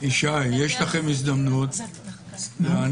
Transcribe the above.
ישי, יש לכם הזדמנות להעניק